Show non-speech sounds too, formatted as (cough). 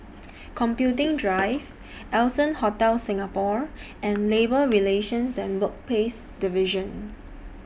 Computing Drive (noise) Allson Hotel Singapore and Labour Relations and Workplaces Division